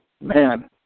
man